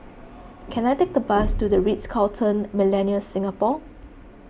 can I take a bus to the Ritz Carlton Millenia Singapore